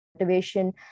motivation